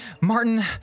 Martin